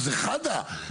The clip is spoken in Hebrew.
זה חדה.